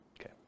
Okay